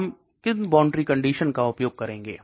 हम किन boundary conditions का उपयोग करेगें